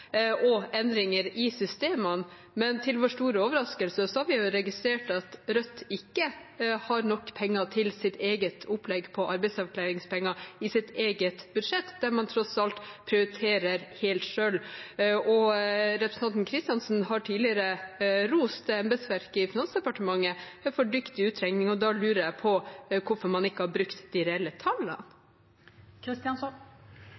og endringer i systemene. Men til vår store overraskelse har vi registrert at Rødt ikke har nok penger til sitt eget opplegg for arbeidsavklaringspenger i sitt eget budsjett, der man tross alt prioriterer helt selv. Representanten Kristjánsson har tidligere rost embetsverket i Finansdepartementet for dyktig utregning. Da lurer jeg på hvorfor man ikke har brukt de reelle